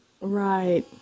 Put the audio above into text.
right